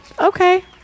Okay